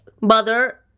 Mother